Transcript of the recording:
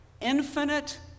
infinite